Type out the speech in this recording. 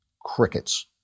Crickets